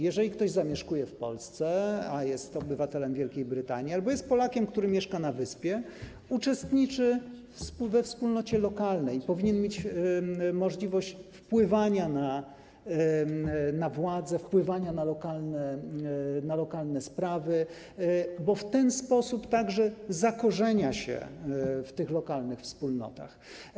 Jeżeli ktoś zamieszkuje w Polsce, a jest obywatelem Wielkiej Brytanii albo jest Polakiem, który mieszka na Wyspach, uczestniczy we wspólnocie lokalnej, powinien mieć możliwość wpływania na władzę, wpływania na lokalne sprawy, bo w ten sposób także zakorzenia się w tych lokalnych wspólnotach.